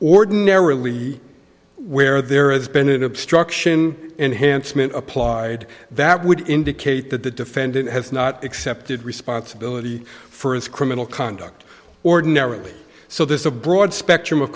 ordinarily where there has been an obstruction enhancement applied that would indicate that the defendant has not accepted responsibility for his criminal conduct ordinarily so there's a broad spectrum of